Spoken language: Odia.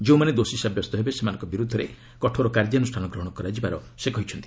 ଯେଉଁମାନେ ଦୋଷୀ ସାବ୍ୟସ୍ତ ହେବେ ସେମାନଙ୍କ ବିରୁଦ୍ଧରେ କଠୋର କାର୍ଯ୍ୟାନୁଷ୍ଠାନ ଗ୍ରହଣ କରାଯିବାର ସେ କହିଛନ୍ତି